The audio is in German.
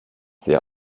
sehr